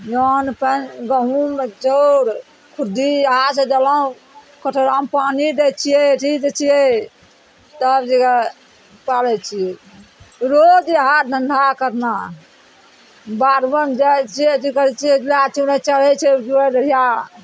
धान पानि गहुम चाउर खुद्दी एहासँ देलहुँ कटोरामे पानि दै छियै अथी दै छियै तब जकरा पालय छियै रोज इएह धन्धा करना बाध वन जाइ छियै अथी करय छियै ओइठिना चुनय चरय छै रहिया